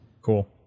Cool